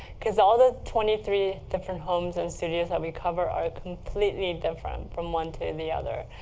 because all the twenty three different homes and studios that we cover are completely different from one to the other.